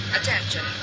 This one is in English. Attention